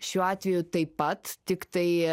šiuo atveju taip pat tiktai